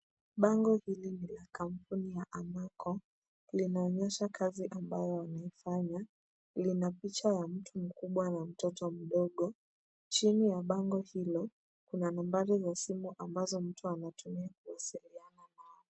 Bango hili ni la kampuni ya Amaco, linaonyesha kazi ambayo wamefanya, lina picha ya mtu mkubwa na mtoto mdogo. Chini ya bango hilo kuna nambari za simu ambazo mtu anatumia kuwasiliana nao.